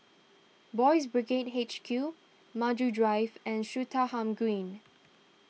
Boys' Brigade H Q Maju Drive and Swettenham Green